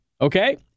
Okay